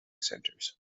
centres